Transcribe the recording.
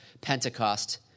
Pentecost